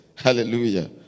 Hallelujah